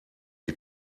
ich